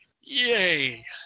yay